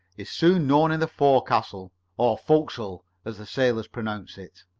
is soon known in the forecastle, or fo'kesel, as the sailors pronounce it.